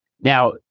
Now